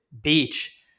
beach